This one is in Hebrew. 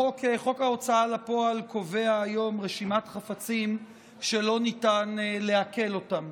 חוק ההוצאה לפועל קובע היום רשימת חפצים שלא ניתן לעקל אותם,